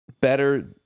better